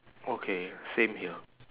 okay same here